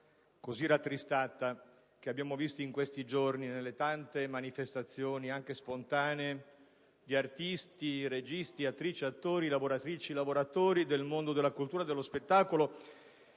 e rattristata che abbiamo visto in questi giorni nelle tante manifestazioni, anche spontanee, di artisti, registi, attrici, attori, lavoratrici e lavoratori del mondo della cultura e dello spettacolo,